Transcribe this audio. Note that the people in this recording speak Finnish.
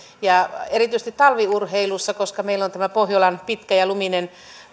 erityisesti talviurheilussa koska meillä on tämä pohjolan pitkä ja luminen